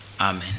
Amen